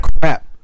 crap